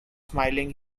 smiling